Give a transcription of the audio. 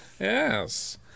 Yes